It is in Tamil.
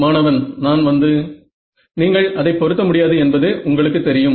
மாணவன் நான் வந்து நீங்கள் அதை பொருத்த முடியாது என்பது உங்களுக்கு தெரியும்